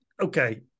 okay